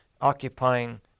occupying